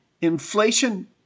Inflation